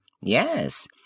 Yes